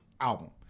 album